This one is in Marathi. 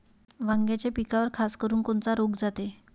वांग्याच्या पिकावर खासकरुन कोनचा रोग जाते?